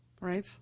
Right